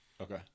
Okay